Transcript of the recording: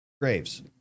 Graves